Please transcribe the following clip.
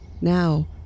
Now